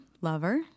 lover